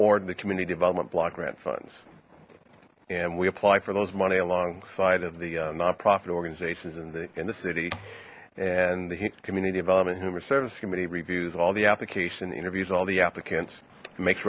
or the community development block grant funds and we apply for those money alongside of the nonprofit organizations in the in the city and the community development human services committee reviews all the application interviews all the applicants who makes